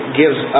gives